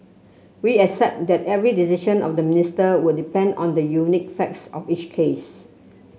we accept that every decision of the Minister would depend on the unique facts of each case